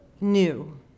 new